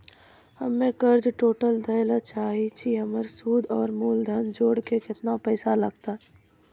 हम्मे कर्जा टोटल दे ला चाहे छी हमर सुद और मूलधन जोर के केतना पैसा लागत?